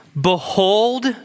Behold